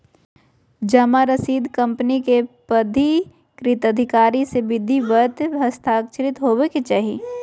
जमा रसीद कंपनी के प्राधिकृत अधिकारी से विधिवत हस्ताक्षरित होबय के चाही